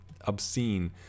obscene